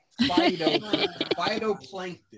Phytoplankton